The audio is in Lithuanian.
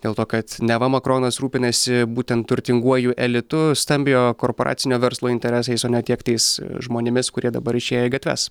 dėl to kad neva makronas rūpinasi būtent turtinguoju elitu stambiojo korporacinio verslo interesais o ne tiek tais žmonėmis kurie dabar išėję į gatves